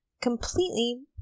completely